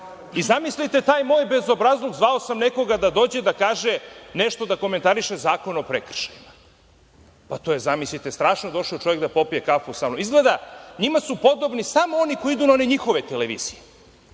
i zamislite taj moj bezobrazluk, zvao sam nekoga da dođe da kaže, nešto da komentariše Zakon o prekršajima. To je, zamislite, strašno, došao čovek da popije kafu samnom. Izgleda su njima podobni samo oni koji idu na one njihove televizije